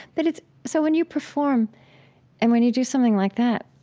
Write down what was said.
but it's so when you perform and when you do something like that,